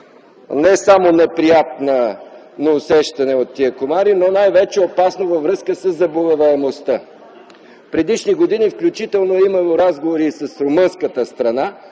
не само неприятна на усещане от тия комари, но най-вече опасност във връзка със заболеваемостта. Предишни години включително е имало разговори и с румънската страна,